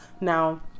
Now